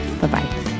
Bye-bye